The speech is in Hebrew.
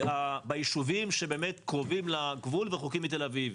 ובישובים שבאמת קרובים לגבול ורחוקים מתל אביב.